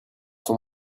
sont